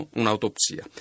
un'autopsia